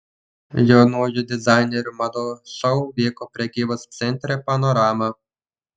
jaunųjų dizainerių madų šou vyko prekybos centre panorama